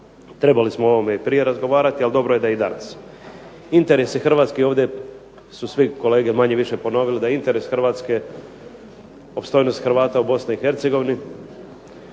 Trebali smo o ovome i prije razgovarati, ali dobro je da i danas. Interesi Hrvatske, ovdje su svi kolege manje-više ponovili da je interes Hrvatske opstojnost Hrvata u BiH, ali i